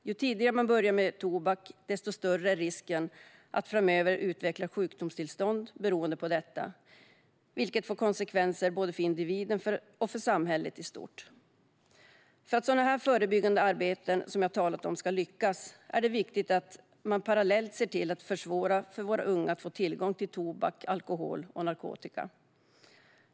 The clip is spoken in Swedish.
Ju tidigare man börjar med tobak, desto större är risken att framöver utveckla sjukdomstillstånd beroende på detta, vilket får konsekvenser för både individen och samhället i stort. För att sådant förebyggande arbete ska lyckas är det viktigt att man parallellt ser till att försvåra för våra unga att få tillgång till tobak, alkohol och narkotika.